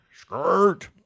skirt